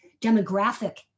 demographic